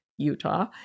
Utah